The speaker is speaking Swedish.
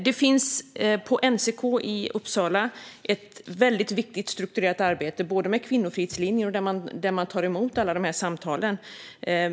Det finns på NCK i Uppsala ett viktigt strukturerat arbete med kvinnofridslinjer, där man tar emot alla dessa samtal.